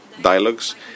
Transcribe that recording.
dialogues